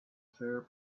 fair